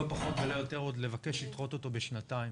לא פחות ולא יותר עוד לבקש לדחות אותו בשנתיים